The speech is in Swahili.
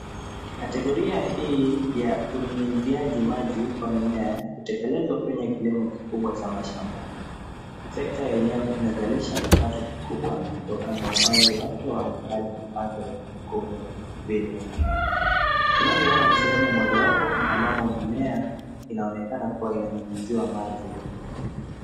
Kategoria hii ya unyunyuziaji maji wa mimea hutekelezwa kwenye kilimo kikubwa ya mashamba. Sekta yenyewe ina zalisha kipato kikubwa kutokana na upanzi wake wa ekeri kubwa vile . Tunapo ona ni sehemu moja ambapo mimea inaonekana kunyunyuziwa maji.